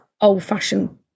old-fashioned